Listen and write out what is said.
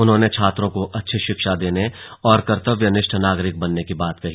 उन्होंने छात्रों को अच्छी शिक्षा देने और कर्तव्यनिष्ठ नागरिक बनाने की बात कही